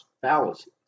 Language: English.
fallacies